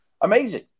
Amazing